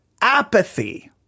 apathy